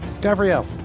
Gabrielle